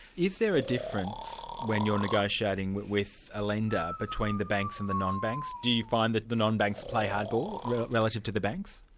is there a difference when you're negotiating with with a lender, between the banks and the non-banks? do you find that the non-banks play hardball relative to the banks?